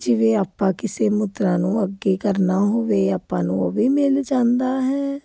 ਜਿਵੇਂ ਆਪਾਂ ਕਿਸੇ ਮੁੱਦਰਾ ਨੂੰ ਅੱਗੇ ਕਰਨਾ ਹੋਵੇ ਆਪਾਂ ਨੂੰ ਹੋਵੇ ਆਪਾਂ ਨੂੰ ਮਿਲ ਜਾਂਦਾ ਹੈ